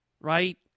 Right